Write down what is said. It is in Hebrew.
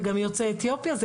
זה גם יוצאי אתיופיה.